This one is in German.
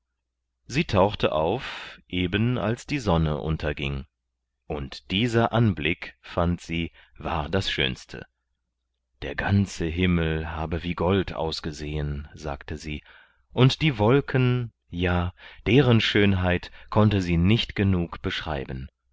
sie tauchte auf eben als die sonne unterging und dieser anblick fand sie war das schönste der ganze himmel habe wie gold ausgesehen sagte sie und die wolken ja deren schönheit konnte sie nicht genug beschreiben